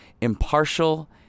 impartial